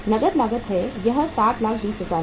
नकद लागत 720000 है